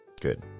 Good